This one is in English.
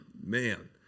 man